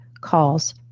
calls